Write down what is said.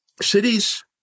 cities